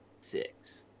six